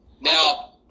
Now